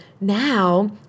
now